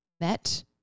met